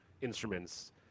instruments